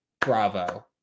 Bravo